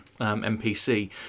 NPC